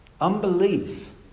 Unbelief